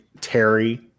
Terry